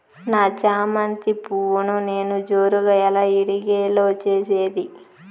నా చామంతి పువ్వును నేను జోరుగా ఎలా ఇడిగే లో చేసేది?